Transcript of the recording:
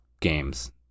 games